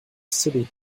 city